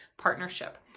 partnership